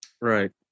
Right